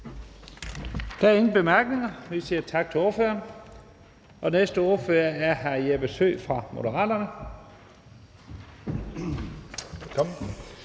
Der er ingen korte bemærkninger, så vi siger tak til ordføreren. Den næste ordfører er hr. Jeppe Søe fra Moderaterne. Velkommen.